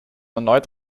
erneut